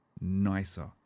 NICER